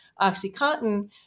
OxyContin